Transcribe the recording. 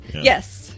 Yes